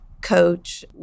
coach